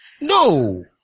No